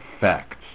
facts